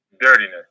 dirtiness